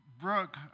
Brooke